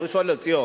בראשון-לציון.